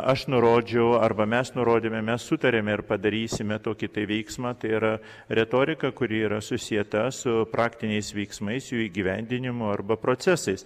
aš nurodžiau arba mes nurodėme mes sutarėme ir padarysime tokį tai veiksmą tai yra retorika kuri yra susieta su praktiniais veiksmais jų įgyvendinimu arba procesais